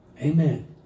Amen